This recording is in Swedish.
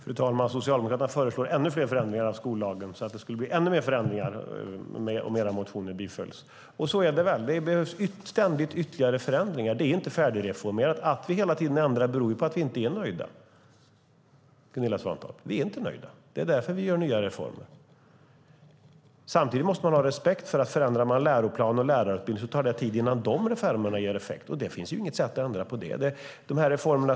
Fru talman! Socialdemokraterna föreslår ännu fler förändringar av skollagen. Det skulle bli ytterligare förändringar om era motioner bifölls. Och det behövs också ständigt ytterligare förändringar. Det är inte färdigreformerat. Att vi hela tiden ändrar och gör nya reformer beror på att vi inte är nöjda, Gunilla Svantorp. Samtidigt måste man ha respekt för att det tar tid innan reformerna ger effekt om man förändrar läroplan och lärarutbildning. Det finns inget sätt att ändra på detta faktum.